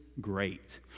great